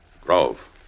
Grove